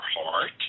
heart